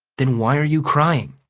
then why are you crying?